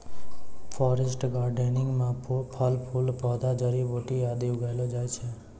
forest gardening म फल फूल पौधा जड़ी बूटी आदि उगैलो जाय छै